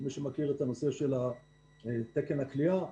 מי שמכיר את הנושא של תקן הכליאה,